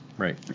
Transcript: Right